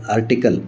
article